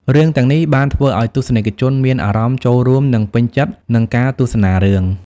រឿងទាំងនេះបានធ្វើឲ្យទស្សនិកជនមានអារម្មណ៍ចូលរួមនិងពេញចិត្តនឹងការទស្សនារឿង។